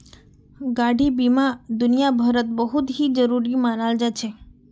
गाडी बीमा दुनियाभरत बहुत ही जरूरी मनाल जा छे